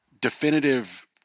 definitive